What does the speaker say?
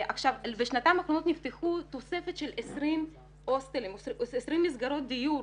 בשנתיים האחרונות נפתחו תוספת של 20 מסגרות דיור